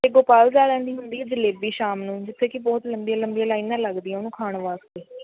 ਅਤੇ ਗੋਪਾਲਸ ਵਾਲਿਆਂ ਦੀ ਹੁੰਦੀ ਜਲੇਬੀ ਸ਼ਾਮ ਨੂੰ ਜਿੱਥੇ ਕਿ ਬਹੁਤ ਲੰਬੀਆਂ ਲੰਬੀਆਂ ਲਾਈਨਾਂ ਲੱਗਦੀਆਂ ਉਹਨੂੰ ਖਾਣ ਵਾਸਤੇ